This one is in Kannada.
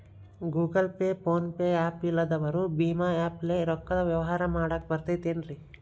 Google Pay, PhonePe app ಇಲ್ಲದವರು ಭೇಮಾ ಆ್ಯಪ್ ಲೇ ರೊಕ್ಕದ ವ್ಯವಹಾರ ಮಾಡಾಕ್ ಬರತೈತೇನ್ರೇ?